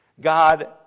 God